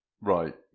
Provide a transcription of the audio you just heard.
Right